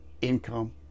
Income